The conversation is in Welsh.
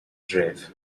dref